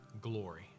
glory